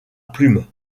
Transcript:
plumes